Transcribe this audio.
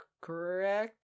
correct